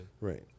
Right